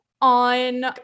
on